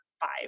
five